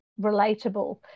relatable